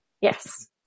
yes